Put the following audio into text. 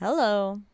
hello